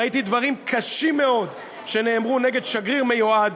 ראיתי דברים קשים מאוד שנאמרו נגד שגריר מיועד,